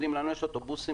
לנו יש אוטובוסים,